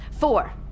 Four